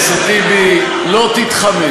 חבר הכנסת טיבי, לא תתחמק,